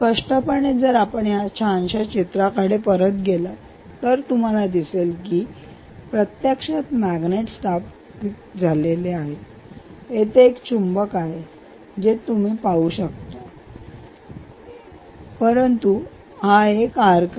स्पष्टपणे जर आपण या छानशा चित्राकडे परत गेलात तर तुम्हाला दिसेल की मी प्रत्यक्षात मॅग्नेट स्थापित केले आहेत येथे हे एक चुंबक आहे जे आपण पाहू शकता की हे एक चुंबक आहे परंतु हे एक आर्क आहे